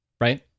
Right